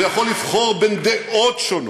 הוא יכול לבחור בין דעות שונות.